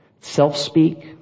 Self-speak